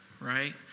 right